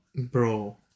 bro